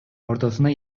ортосуна